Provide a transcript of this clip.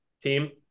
team